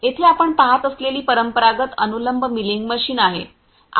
येथे आपण पहात असलेली परंपरागत अनुलंब मिलिंग मशीन आहे